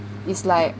is like